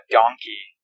donkey